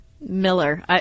Miller